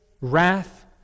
wrath